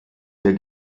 der